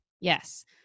Yes